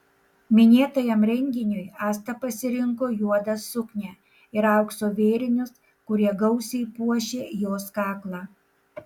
minėtajam renginiui asta pasirinko juodą suknią ir aukso vėrinius kurie gausiai puošė jos kaklą